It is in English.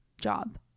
job